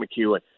McEwen